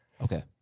Okay